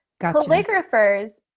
calligraphers